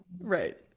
Right